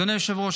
אדוני היושב-ראש,